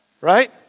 Right